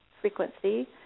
frequency